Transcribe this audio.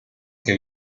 que